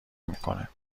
میکنه